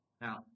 Now